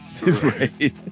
Right